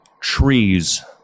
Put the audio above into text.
Trees